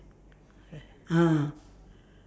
ah